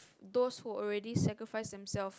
those who already sacrifice themselves